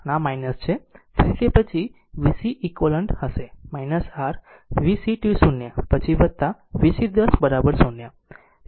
તેથી તે પછી v cq હશે r v C2 0 પછી v c 1 0 0